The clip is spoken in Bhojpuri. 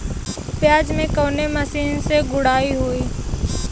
प्याज में कवने मशीन से गुड़ाई होई?